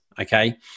Okay